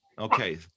Okay